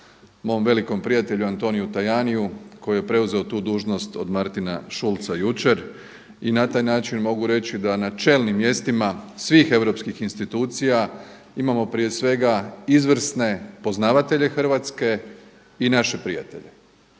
mom velikom prijatelju Antoniu Tajaniju koji je preuzeo tu dužnost od Martina Schulza jučer. I na taj način mogu reći da na čelnim mjestima svih europskih institucija imao prije svega izvrsne poznavatelje Hrvatske i naše prijatelje